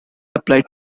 applied